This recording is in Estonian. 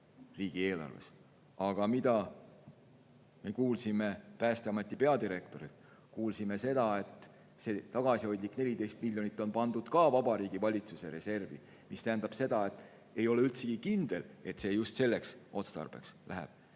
riigieelarves. Aga mida me kuulsime Päästeameti peadirektorilt? Kuulsime seda, et see tagasihoidlik 14 miljonit on pandud ka Vabariigi Valitsuse reservi. See tähendab, et ei ole üldsegi kindel, et see just selleks otstarbeks läheb.